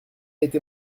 été